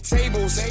Tables